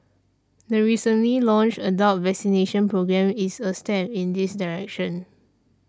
the recently launched adult vaccination programme is a step in this direction